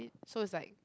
so it's like